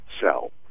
cell